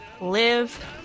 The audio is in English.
live